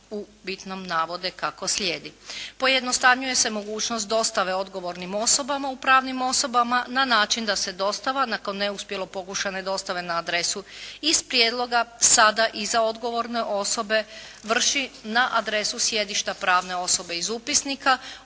u bitnom navode kako slijedi. Pojednostavljuje se mogućnost dostave odgovornim osobama u pravnim osobama na način da se dostava nakon neuspjelog pokušaja na dostave na adresu iz prijedloga sada iza odgovorne osobe vrši na adresu sjedišta pravne osobe iz upisnika,